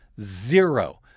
zero